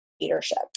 leadership